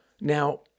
Now